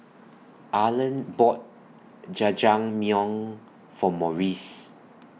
Arland bought Jajangmyeon For Maurice